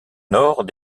nord